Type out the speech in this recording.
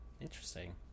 interesting